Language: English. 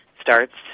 starts